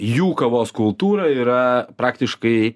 jų kavos kultūra yra praktiškai